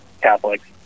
Catholics